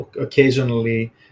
occasionally